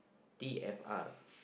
D_E_F_R